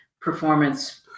performance